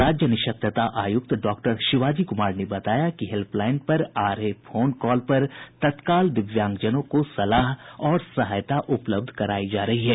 राज्य निःशक्तता आयुक्त डॉक्टर शिवाजी कुमार ने बताया कि हेल्पलाईन पर आ रहे फोन कॉल पर तत्काल दिव्यांगजनों को सलाह और सहायता उपलब्ध करायी जा रही है